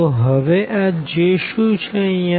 તો હેવે આ J શુ છે અહિયાં